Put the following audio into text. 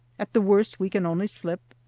at the worst we can only slip,